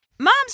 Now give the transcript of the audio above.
moms